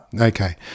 Okay